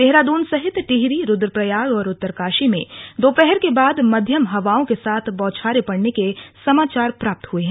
देहरादून सहित टिहरी रुद्रप्रयाग और उत्तरकाशी में दोपहर के बाद मध्यम हवांओं के साथ बौछारें पड़ने के समाचार प्राप्त हुए हैं